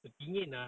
terpingin ah